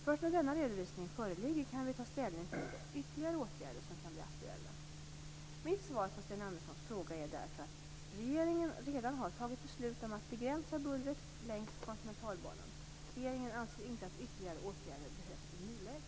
Först när denna redovisning föreligger kan vi ta ställning till vilka ytterligare åtgärder som kan bli aktuella. Mitt svar på Sten Anderssons fråga är därför att regeringen redan har fattat beslut om att begränsa bullret längs Kontinentalbanan. Regeringen anser inte att ytterligare åtgärder behövs i nuläget.